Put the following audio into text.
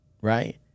right